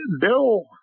bill